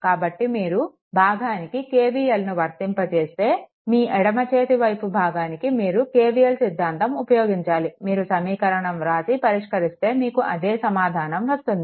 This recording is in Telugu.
కాబట్టి మీరు భాగానికి KVLను వర్తింపచేస్తే ఈ ఎడమ చేతి వైపు భాగానికి కూడా KVL సిద్ధాంతం ఉపయోగించాలి మీరు సమీకరణం వ్రాసి పరిష్కరిస్తే మీకు అదే సమాధానం వస్తుంది